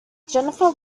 jennifer